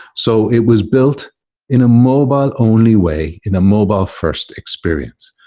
so it was built in a mobile-only way, in a mobile-first experience.